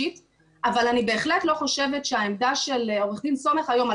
אבל אני בהחלט לא חושבת שהעמדה של עורך דין סומך היום,